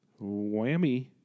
Whammy